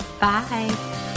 bye